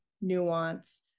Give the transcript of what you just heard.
nuance